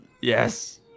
Yes